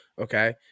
Okay